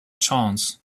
chance